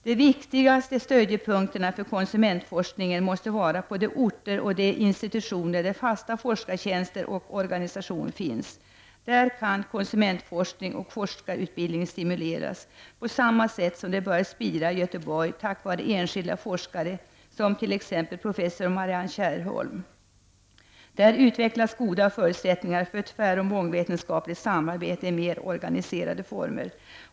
De viktigaste stödjepunkterna för konsumentforskningen måste finnas på de orter och institutioner där fasta forskartjänster och organisation finns. Där kan konsumentforskning och forskarutbildning stimuleras — på samma sätt som det har börjat spira i Göteborg, tack vare enskilda forskare som t.ex. professor Marianne Kärrholm. Där utvecklas goda förutsättningar för ett tväroch mångvetenskapligt samarbete i mera organiserade former.